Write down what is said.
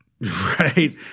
Right